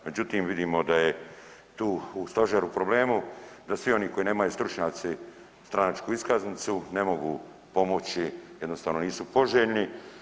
Međutim, vidimo da je tu Stožer u problemu, da svi oni koji nemaju stručnjaci stranačku iskaznicu ne mogu pomoći, jednostavno nisu poželjni.